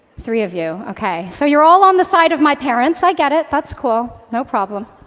three of you, okay. so you're all on the side of my parents, i get it, that's cool, no problem.